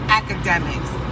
academics